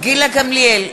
גילה גמליאל,